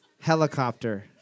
Helicopter